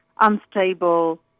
unstable